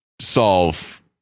solve